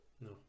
No